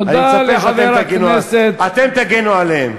תודה לחבר הכנסת, אני מצפה שאתם תגנו עליהם.